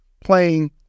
playing